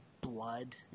blood